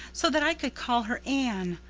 so that i could call her anne,